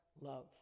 love